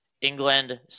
England